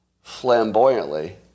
flamboyantly